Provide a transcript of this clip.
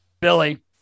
Billy